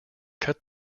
cut